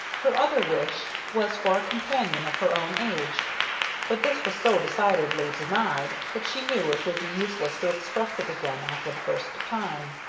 her other wish was for a companion of her own age but this was so decidedly denied that she knew it would be useless to express it again after the first time.